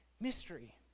mystery